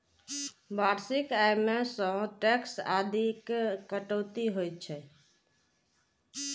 वार्षिक आय मे सं टैक्स आदिक कटौती होइ छै